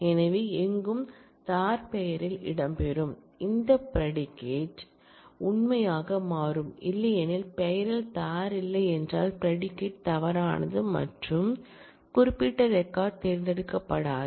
எனவே எங்கும் "தார்" பெயரில் இடம்பெறும் இந்த ப்ரெடிகேட் உண்மையாக மாறும் இல்லையெனில் பெயரில் "தார்" இல்லை என்றால் ப்ரெடிகேட் தவறானது மற்றும் குறிப்பிட்ட ரெக்கார்ட் தேர்ந்தெடுக்கப்படாது